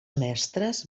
mestres